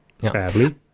badly